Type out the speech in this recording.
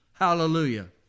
hallelujah